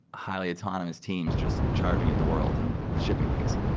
highly autonomous teams just charging at the world and shipping things.